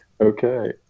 Okay